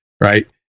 right